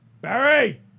Barry